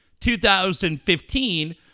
2015